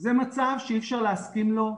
זה מצב שאי אפשר להסכים לו,